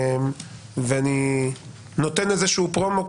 ואני נותן איזשהו פרומו.